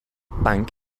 bank